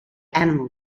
animal